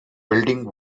building